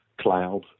cloud